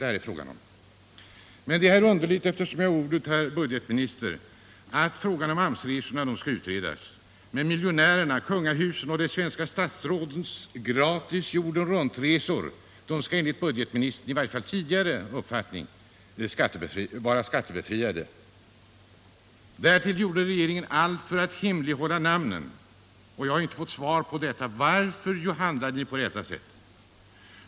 Eftersom jag har ordet vill jag också säga att det är underligt, herr budgetminister, att frågan om AMS-resorna skall utredas medan miljonärernas, kungahusets och de svenska statsrådens gratis jordenruntresor skall vara skattebefriade — i varje fall enligt budgetministerns tidigare uppfattning. Dessutom gjorde regeringen allt för att hemlighålla namnen på innehavarna av SAS-korten. Och jag har inte fått svar på frågan: Varför handlade ni på detta sätt?